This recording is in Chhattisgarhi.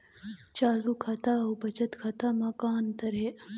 चालू खाता अउ बचत खाता म का अंतर हे?